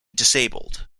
disabled